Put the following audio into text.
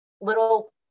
little